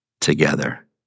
together